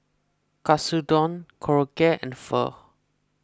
Katsudon Korokke and Pho